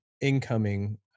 incoming